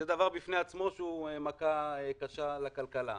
שזה דבר בפני עצמו שהוא מכה קשה לכלכלה.